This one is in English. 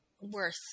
worth